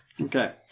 Okay